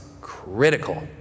critical